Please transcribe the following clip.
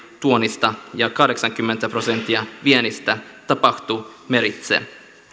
tuonnista ja kahdeksankymmentä prosenttia viennistä tapahtuu meritse